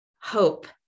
hope